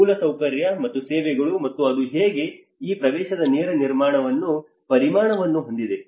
ಮೂಲಸೌಕರ್ಯ ಮತ್ತು ಸೇವೆಗಳು ಮತ್ತು ಅದು ಹೇಗೆ ಈ ಪ್ರವೇಶದ ನೇರ ಪರಿಣಾಮವನ್ನು ಹೊಂದಿದೆ